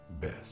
best